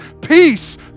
peace